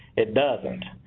it doesn't,